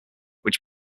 which